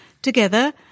Together